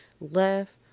left